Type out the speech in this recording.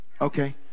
Okay